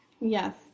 Yes